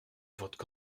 votre